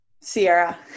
Sierra